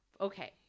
okay